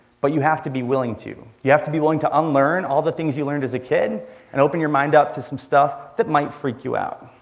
but you have to be willing to. you have to be willing to unlearn all the things you learned as a kid and open your mind up to some stuff that might freak you out.